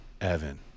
evan